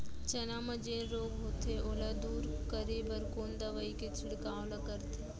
चना म जेन रोग होथे ओला दूर करे बर कोन दवई के छिड़काव ल करथे?